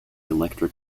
electric